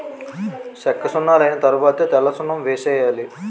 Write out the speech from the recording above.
సెక్కసున్నలైన తరవాత తెల్లసున్నం వేసేయాలి